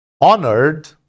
honored